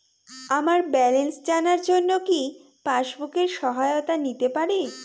আমার ব্যালেন্স জানার জন্য কি পাসবুকের সহায়তা নিতে পারি?